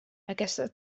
aquesta